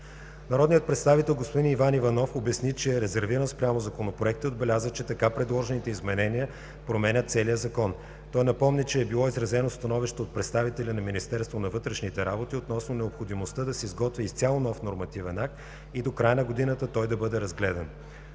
Народният представител господин Иван Иванов обясни, че е резервиран спрямо Законопроекта и отбеляза, че така предложените изменения променят целия Закон. Той напомни, че е било изразено становище от представители на Министерство на вътрешните работи относно необходимостта да се изготви изцяло нов нормативен акт и до края на годината той да бъде разгледан.